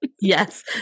Yes